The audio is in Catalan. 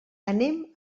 anem